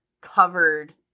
covered